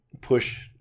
push